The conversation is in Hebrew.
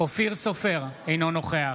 אינו נוכח